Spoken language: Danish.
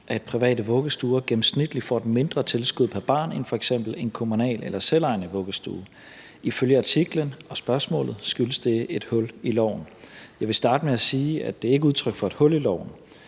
at private vuggestuer gennemsnitligt får et mindre tilskud pr. barn end f.eks. en kommunal eller selvejende vuggestue. Ifølge artiklen og spørgsmålet skyldes det et hul i loven. Jeg vil starte med at sige, at det ikke er udtryk for, at der er et hul i loven.